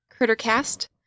Crittercast